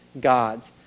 God's